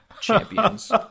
champions